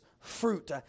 fruit